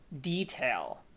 detail